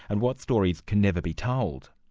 and what stories can never be told?